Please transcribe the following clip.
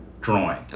drawing